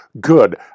Good